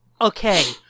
okay